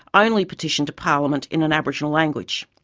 only petition to parliament in an aboriginal language.